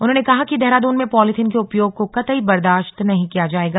उन्होंने कहा कि देहरादून में पालीथिन के उपयोग को कतई बर्दाश्त नहीं किया जाएगा